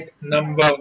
number